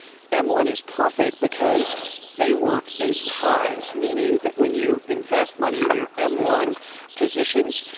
m one is perfect because they work in pies, meaning that when you invest money into your m one positions,